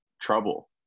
trouble